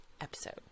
episode